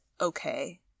okay